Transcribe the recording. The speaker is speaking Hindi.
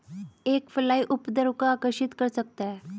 एक फ्लाई उपद्रव को आकर्षित कर सकता है?